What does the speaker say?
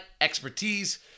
expertise